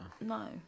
No